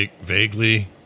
Vaguely